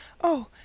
Oh